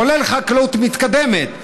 כולל חקלאות מתקדמת,